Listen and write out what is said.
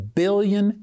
billion